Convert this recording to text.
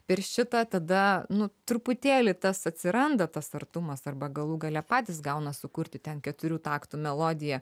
per šitą tada nu truputėlį tas atsiranda tas artumas arba galų gale patys gauna sukurti ten keturių taktų melodiją